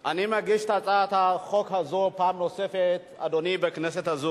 אני קובע שהנושא יועבר כהצעה לסדר-היום לדיון בוועדת הכלכלה.